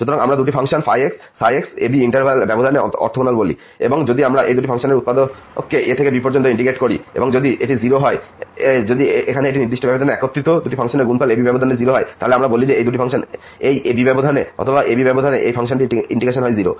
সুতরাং আমরা দুটি ফাংশন ϕ এবং ψ a b এই ব্যবধানেকে অর্থগোনাল বলি যদি আমরা এই দুটি ফাংশনের উৎপাদকে a থেকে b পর্যন্ত ইন্টিগ্রেট করি এবং যদি এটি 0 হয় যদি এখানে নির্দিষ্ট ব্যবধানে একত্রিত দুটি ফাংশনের গুণফল a b ব্যবধানে 0 হয় তাহলে আমরা বলি যে এই দুটি ফাংশন a b এই ব্যবধানে অথবা a b ব্যবধানে যদি এই ইন্টিগ্রেশন হয় 0